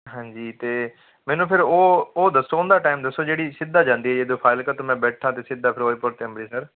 ਹਾਂਜੀ ਅਤੇ ਮੈਨੂੰ ਫੇਰ ਉਹ ਉਹ ਦੱਸੋ ਉਹਦਾ ਟੈਮ ਦੱਸੋ ਜਿਹੜੀ ਸਿੱਧਾ ਜਾਂਦੀ ਹੈ ਫਾਜ਼ਿਲਕਾ ਤੋਂ ਮੈਂ ਬੈਠਾ ਅਤੇ ਸਿੱਧਾ ਫਿਰੋਜ਼ਪੁਰ ਅਤੇ ਅੰਮ੍ਰਿਤਸਰ